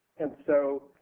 and so